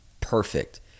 perfect